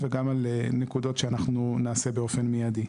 וגם על נקודות שאנחנו נעשה באופן מיידי.